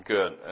Good